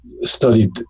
studied